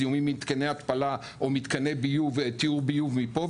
זיהומים ממתקני התפלה או מתקני טיהור ביוב מפה,